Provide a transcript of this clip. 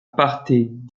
parte